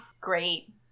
great